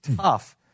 tough